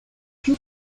più